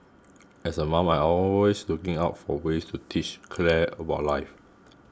as a mom always looking out for ways to teach Claire about life